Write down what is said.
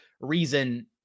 reason